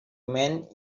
men